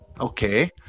Okay